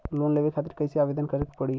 Loan लेवे खातिर कइसे आवेदन करें के पड़ी?